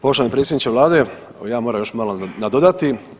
Poštovani predsjedniče vlade, evo ja moram još malo nadodati.